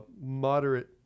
moderate